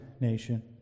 nation